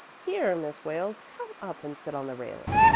here, miss wales, come up and sit on the railing.